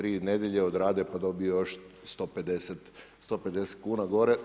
3 nedjelje odrade pa dobiju još 150 kuna gore.